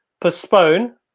postpone